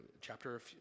chapter